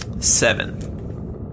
Seven